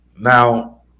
Now